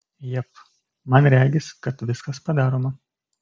jep man regis kad viskas padaroma